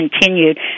continued